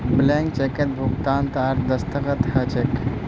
blank चेकत भुगतानकर्तार दस्तख्त ह छेक